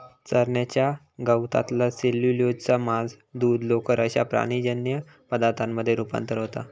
चरण्याच्या गवतातला सेल्युलोजचा मांस, दूध, लोकर अश्या प्राणीजन्य पदार्थांमध्ये रुपांतर होता